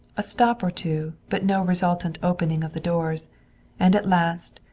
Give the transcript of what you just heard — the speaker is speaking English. a stop or two, but no resultant opening of the doors and at last,